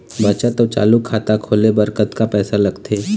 बचत अऊ चालू खाता खोले बर कतका पैसा लगथे?